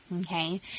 Okay